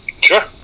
sure